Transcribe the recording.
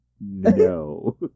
No